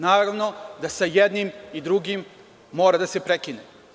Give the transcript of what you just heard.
Naravno da sa jednim i drugim mora da se prekine.